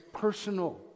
personal